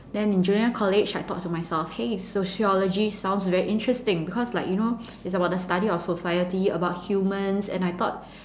then in junior college I thought to myself hey sociology sounds very interesting because like you know it's about the study of society about humans and I thought